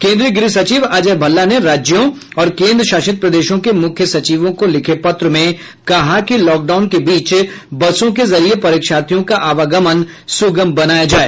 केंद्रीय गृह सचिव अजय भल्ला ने राज्यों और केंद्रशासित प्रदेशों के मुख्य सचिवों को लिखे पत्र में कहा कि लॉकडाउन के बीच बसों के जरिये परीक्षार्थियों का आवागमन सुगम बनाया जाए